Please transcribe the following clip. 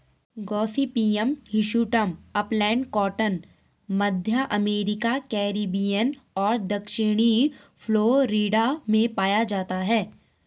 Gossypium hirsutum upland cotton, मध्य America, Caribbean और दक्षिणी फ्लोरिडा में पाया जाता है